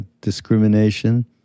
Discrimination